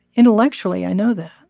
intellectually, i know that